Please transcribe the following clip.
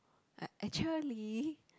I actually